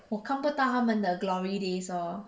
我看不到他们的 glory days orh